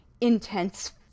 intense